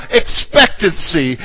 expectancy